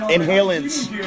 Inhalants